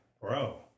bro